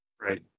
right